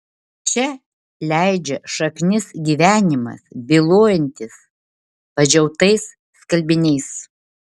čia leidžia šaknis gyvenimas bylojantis padžiautais skalbiniais